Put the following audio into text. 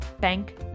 Bank